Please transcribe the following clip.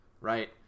right